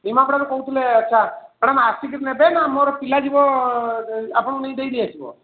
ନିମାପଡ଼ାରୁ କହୁଥିଲେ ଆଚ୍ଛା ମ୍ୟାଡ଼ାମ୍ ଆସିକି ନେବେ ନା ମୋର ପିଲା ଯିବ ଆପଣଙ୍କୁ ନେଇକି ଦେଇଦେଇକି ଆସିବ